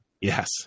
Yes